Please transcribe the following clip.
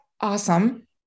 awesome